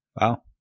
Wow